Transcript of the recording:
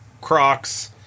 crocs